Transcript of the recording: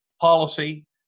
policy